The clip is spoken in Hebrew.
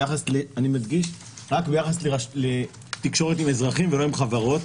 ואני מדגיש רק ביחס לתקשורת עם אזרחים ולא עם חברות.